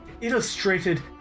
Illustrated